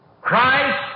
Christ